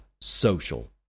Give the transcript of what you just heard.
social